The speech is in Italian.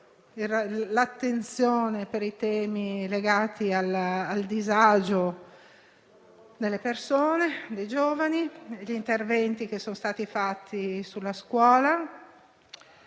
l'attenzione per i temi legati al disagio delle persone e dei giovani e gli interventi che sono stati fatti sulla scuola.